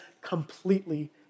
completely